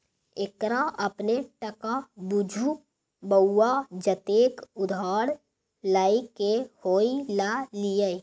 एकरा अपने टका बुझु बौआ जतेक उधार लए क होए ल लिअ